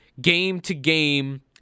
game-to-game